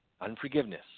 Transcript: unforgiveness